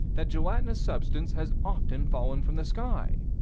that gelatinous substance has often fallen from the sky